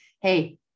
hey